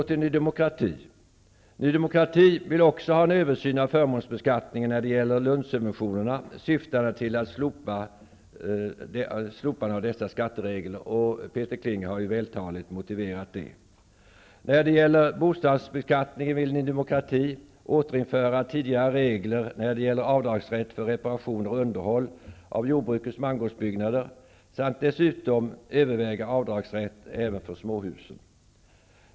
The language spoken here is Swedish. Även Ny demokrati vill ha en översyn av förmånsbeskattningen när det gäller lunchsubventionerna syftande till ett slopande av dessa skatteregler, vilket Peter Kling vältaligt har motiverat. När det gäller bostadsbeskattning vill Ny demokrati återinföra tidigare regler vad beträffar avdragsrätt för reparationer och underhåll av jordbrukets mangårdsbyggnader samt dessutom överväga avdragsrätt även för småhusen.